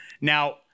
Now